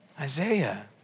Isaiah